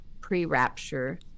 pre-rapture